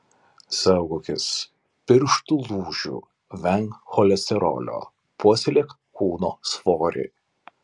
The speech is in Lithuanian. saugokis pirštų lūžių venk cholesterolio puoselėk kūno svorį